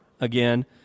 again